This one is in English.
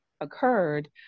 occurred